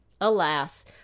alas